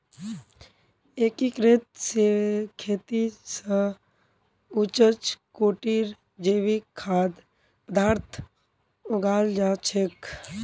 एकीकृत खेती स उच्च कोटिर जैविक खाद्य पद्दार्थ उगाल जा छेक